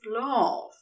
love